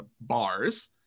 bars